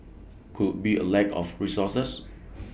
could be A lack of resources